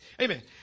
amen